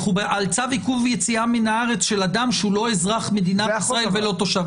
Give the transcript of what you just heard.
על צו עיכוב יציאה מהארץ של אדם שהוא לא אזרח מדינת ישראל ולא תושב.